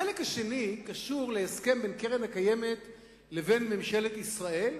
החלק השני קשור להסכם בין קרן קיימת לבין ממשלת ישראל,